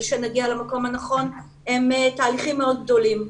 שנגיע למקום הנכון הם תהליכים מאוד גדולים,